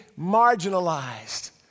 marginalized